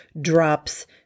drops